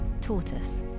Tortoise